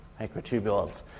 microtubules